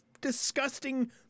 disgusting